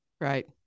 Right